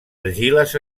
argiles